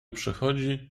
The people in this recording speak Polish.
przechodzi